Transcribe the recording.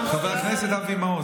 חבר הכנסת אבי מעוז,